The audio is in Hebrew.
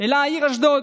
אלא העיר אשדוד,